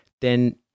then-